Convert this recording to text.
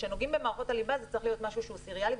כשנוגעים במערכות הליבה זה צריך להיות משהו שהוא סריאלי,